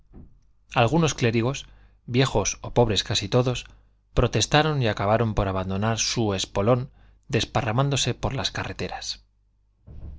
algunos clérigos viejos o pobres casi todos protestaron y acabaron por abandonar su espolón desparramándose por las carreteras